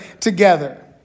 together